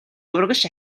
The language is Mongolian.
урагш